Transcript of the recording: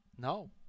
No